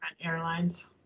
airlines